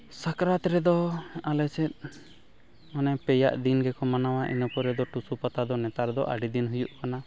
ᱥᱟᱠᱨᱟᱛ ᱨᱮᱫᱚ ᱟᱞᱮ ᱥᱮᱫ ᱢᱟᱱᱮ ᱯᱮᱭᱟ ᱫᱱ ᱜᱮᱠᱚ ᱢᱟᱱᱟᱣᱟ ᱤᱱᱟᱹ ᱯᱚᱨᱮ ᱫᱚ ᱴᱩᱥᱩ ᱯᱟᱴᱟ ᱫᱚ ᱱᱮᱛᱟᱨ ᱫᱚ ᱟᱹᱰᱤ ᱫᱤᱱ ᱦᱩᱭᱩᱜ ᱠᱟᱱᱟ